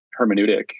hermeneutic